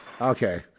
Okay